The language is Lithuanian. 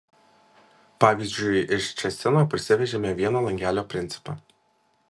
pavyzdžiui iš ščecino parsivežėme vieno langelio principą